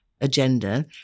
agenda